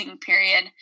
period